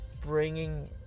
bringing